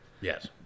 yes